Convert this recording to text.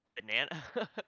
Banana